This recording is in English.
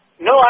No